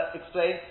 explain